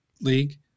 league